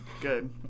Good